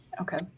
Okay